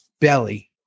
belly